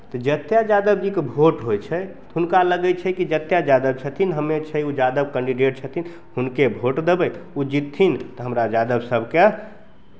तऽ जतेक यादव जीके भोट होइ छै तऽ हुनका लगै छै कि जतेक यादव छथिन हमे छै ओ यादव कैंडीडेट छथिन हुनके भोट देबै ओ जितथिन तऽ हमरा यादव सभकेँ